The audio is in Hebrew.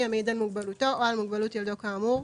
המעיד על מוגבלותו או על מוגבלות ילדו כאמור,